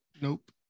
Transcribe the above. Nope